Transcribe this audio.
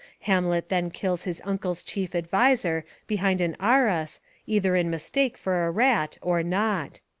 hamlet then kills his uncle's chief ad viser behind an arras either in mistake for a rat, or not.